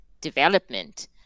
development